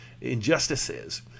injustices